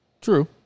True